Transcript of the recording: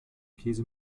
käse